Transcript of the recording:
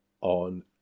on